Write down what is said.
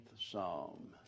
Psalm